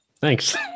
Thanks